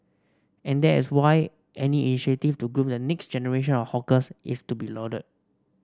and that is why any initiative to groom the next generation of hawkers is to be lauded